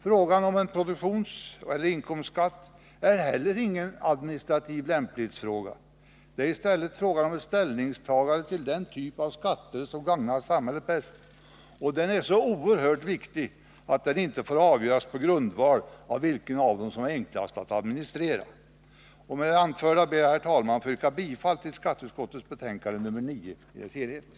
Frågan om produktionseller inkomstskatt är heller ingen administrativ lämplighetsfråga. Det är i stället fråga om ett ställningstagande till den typ av skatter som gagnar samhället bäst, och den frågan är så oerhört viktig att den inte får avgöras på grundval av vilken beskattning som är enklast att administrera. Med det anförda ber jag, herr talman, att få yrka bifall till skatteutskottets hemställan i betänkande nr 9 i dess helhet.